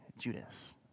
Judas